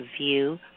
view